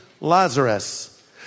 Lazarus